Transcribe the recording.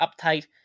uptight